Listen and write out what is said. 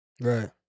right